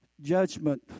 judgment